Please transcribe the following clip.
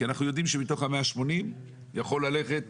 כי אנחנו יודעים שמתוך ה-180 יכול ללכת